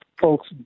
folks